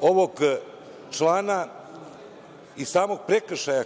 ovog člana i samog prekršaja